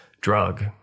drug